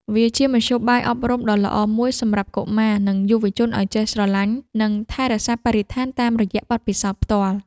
វាជាមធ្យោបាយអប់រំដ៏ល្អមួយសម្រាប់កុមារ និងយុវជនឱ្យចេះស្រឡាញ់ និងថែរក្សាបរិស្ថានតាមរយៈបទពិសោធន៍ផ្ទាល់។